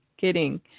kidding